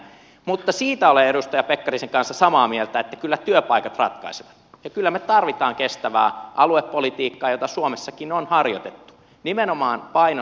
mutta siitä olen edustaja pekkarisen kanssa samaa mieltä että kyllä työpaikat ratkaisevat ja kyllä me tarvitsemme kestävää aluepolitiikkaa jota suomessakin on harjoitettu nimenomaan paino sanoilla kestävää aluepolitiikkaa